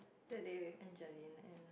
the day with Angeline and